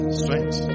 strength